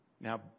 Now